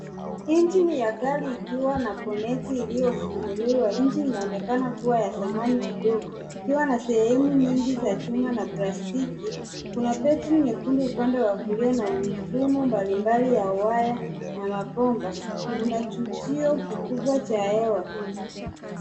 Injini ya gari ikiwa na bonnet iliyofunguliwa. Injini inaonekana kuwa ya zamani kidogo ikiwa na sehemu nyingi za chuma na plastiki. Kuna battery nyekundu upande wa kulia na mifumo mbalimbali ya waya na mabomba. Kuna chujio kikubwa cha hewa.